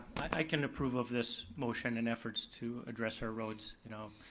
i can approve of this motion and efforts to address our roads, you know.